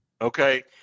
Okay